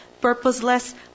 purposeless